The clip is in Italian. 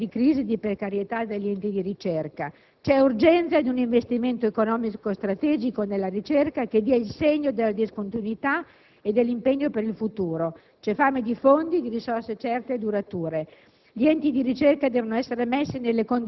Non è risolutivo della situazione di crisi e di precarietà degli enti di ricerca. C'è urgenza di un investimento economico strategico nella ricerca che dia il segno della discontinuità e dell'impegno per il futuro. C'è fame di fondi, di risorse certe e durature.